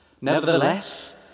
Nevertheless